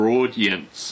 audience